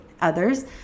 others